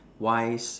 wise